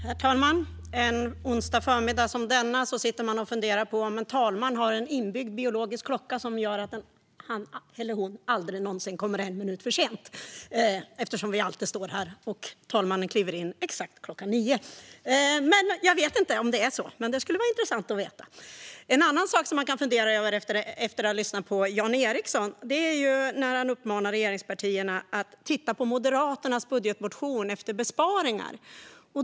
Herr talman! En onsdag förmiddag som denna sitter man och funderar på om en talman har en inbyggd biologisk klocka som gör att han eller hon aldrig någonsin kommer en minut för sent, eftersom vi alltid står här och talmannen kliver in exakt kl. 9. Jag vet inte om det är så. Men det skulle vara intressant att veta. En annan sak som man kan fundera på, efter att ha lyssnat på Jan Ericson, är hans uppmaning till regeringspartierna att titta på besparingar i Moderaternas budgetmotion.